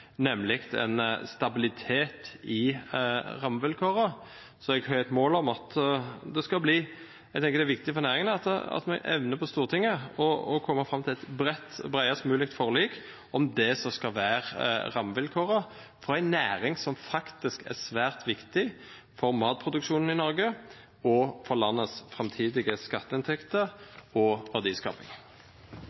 nemlig stabilitet i rammevilkårene. Jeg tenker det er viktig for næringen at vi evner på Stortinget å komme fram til et bredest mulig forlik om det som skal være rammevilkårene for en næring som faktisk er svært viktig for matproduksjonen i Norge og for landets framtidige skatteinntekter og verdiskaping.